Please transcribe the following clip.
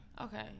Okay